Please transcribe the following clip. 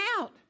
out